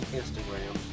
instagram